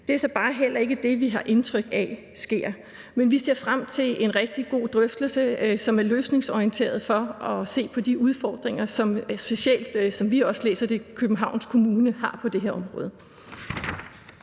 Det er så bare heller ikke det, vi har indtryk af sker. Men vi ser frem til en rigtig god drøftelse, som er løsningsorienteret og vil se på de udfordringer, som specielt Københavns Kommune – sådan som